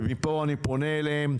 ומפה אני פונה אליהם.